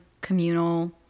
communal